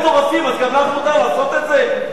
הם מטורפים, אז גם לך מותר לעשות את זה?